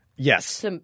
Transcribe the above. Yes